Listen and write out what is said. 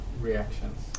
Reactions